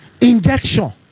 injection